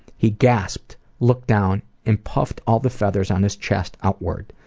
he gasped, looked down, and puffed all the feathers on his chest outward.